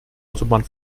autobahn